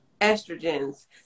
estrogens